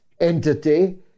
entity